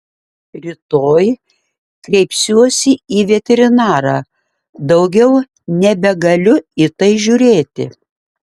rytoj kreipsiuosi į veterinarą daugiau nebegaliu į tai žiūrėti